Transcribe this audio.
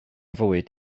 fwyd